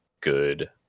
good